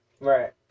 Right